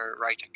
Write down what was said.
writing